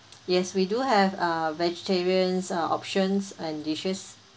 yes we do have a vegetarians uh options and dishes